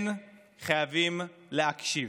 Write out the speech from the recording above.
אבל אתם כן חייבים להקשיב.